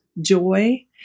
joy